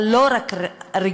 אבל לא רק רגשות,